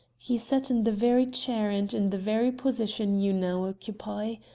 he sat in the very chair and in the very position you now occupy.